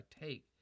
take